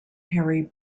harry